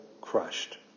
crushed